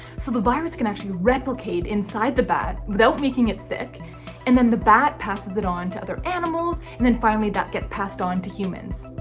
so the virus can actually replicate inside the bat without making making it sick and then the bat passes it on to other animals and then finally that gets passed on to humans.